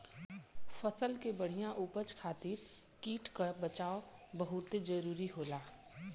फसल के बढ़िया उपज खातिर कीट क बचाव बहुते जरूरी होला